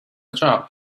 job